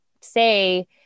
say